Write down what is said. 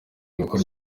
gukora